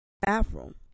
bathroom